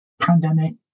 pandemic